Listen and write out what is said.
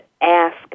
ask